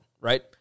right